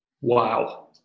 wow